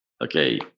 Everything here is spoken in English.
Okay